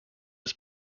his